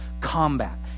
combat